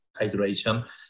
hydration